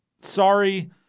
sorry